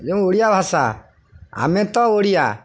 ଯେଉଁ ଓଡ଼ିଆ ଭାଷା ଆମେତ ଓଡ଼ିଆ